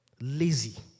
Lazy